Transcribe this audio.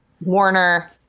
Warner